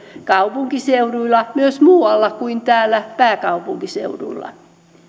kaupunkiseuduilla myös muualla kuin täällä pääkaupunkiseudulla